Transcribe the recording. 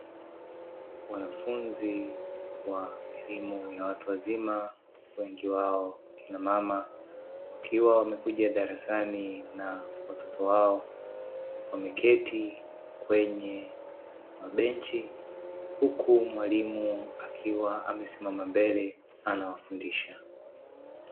Wanafunzi wa elimu ya watu wazima wengi wao kina mama wakiwa wamekuja darasani na watoto wao wameketi kwenye mabenchi huku mwalimu akiwa amesimama mbele anawafundisha.